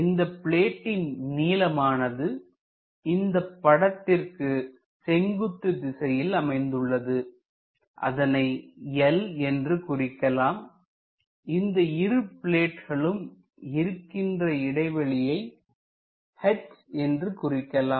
இந்த பிளேட்டின் நீளமானது இந்தப் படத்திற்கு செங்குத்து திசையில் அமைந்துள்ளது அதனை L என்று குறிக்கலாம் இந்த இரு பிளேட்களுக்கும் இருக்கின்ற இடைவெளியை h என்று குறிக்கலாம்